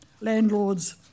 landlords